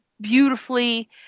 beautifully